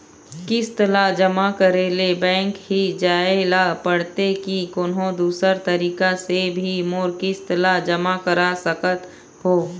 किस्त ला जमा करे ले बैंक ही जाए ला पड़ते कि कोन्हो दूसरा तरीका से भी मोर किस्त ला जमा करा सकत हो?